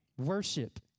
Worship